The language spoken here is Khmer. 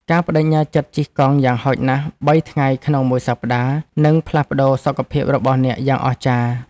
ការប្តេជ្ញាចិត្តជិះកង់យ៉ាងហោចណាស់ ៣ ថ្ងៃក្នុងមួយសប្ដាហ៍ នឹងផ្លាស់ប្តូរសុខភាពរបស់អ្នកយ៉ាងអស្ចារ្យ។